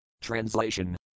Translation